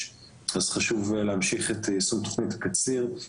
5. חשוב להמשיך את יישום התוכנית במלואה.